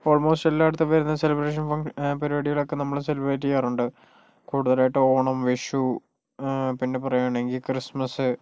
ഇപ്പോൾ ഓൾമോസ്റ്റ് എല്ലായിടത്തും വരുന്ന സെലിബ്രേഷൻ ഫങ്ഷൻ പരിപാടികളൊക്കെ നമ്മള് സെലിബ്രേറ്റ് ചെയ്യാറുണ്ട് കൂടുതലായിട്ടും ഓണം വിഷു പിന്നെ പറയുവാണെങ്കിൽ ക്രിസ്മസ്